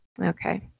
Okay